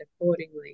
accordingly